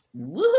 woohoo